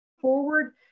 forward